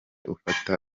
ufata